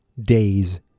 days